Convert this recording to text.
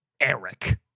Eric